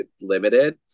limited